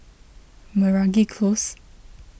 Meragi Close